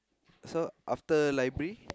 so after library